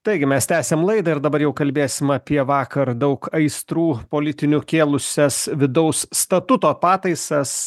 taigi mes tęsiam laidą ir dabar jau kalbėsim apie vakar daug aistrų politinių kėlusias vidaus statuto pataisas